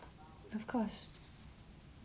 of course